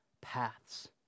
paths